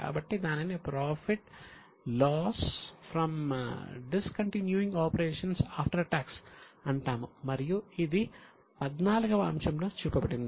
కాబట్టి దానిని profit loss from discontinuing operations after tax అంటాము మరియు ఇది XIV వ అంశంలో చూపబడింది